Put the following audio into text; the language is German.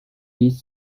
bis